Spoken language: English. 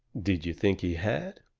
did you think he had?